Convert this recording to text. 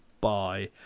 bye